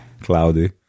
Cloudy